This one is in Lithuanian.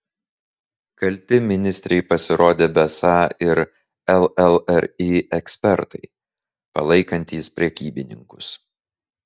kalti ministrei pasirodė besą ir llri ekspertai palaikantys prekybininkus